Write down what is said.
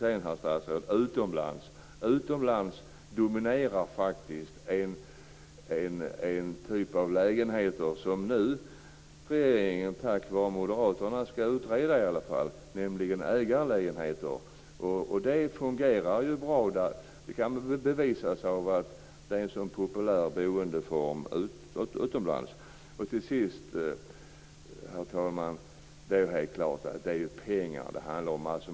Sedan, herr statsråd, dominerar faktiskt utomlands en typ av lägenheter som nu regeringen tack vare moderaterna i varje fall skall utreda, nämligen ägarlägenheter. Det fungerar bra där. Det kan bevisas av att det är en sådan populär boendeform utomlands. Herr talman! Till sist är det helt klart att det handlar om pengar.